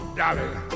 darling